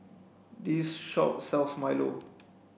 this shop sells milo